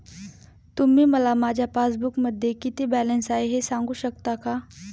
तुम्ही मला माझ्या पासबूकमध्ये किती बॅलन्स आहे हे सांगू शकता का?